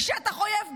היא שטח אויב גמור.